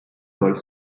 gol